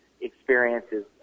experiences